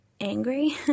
angry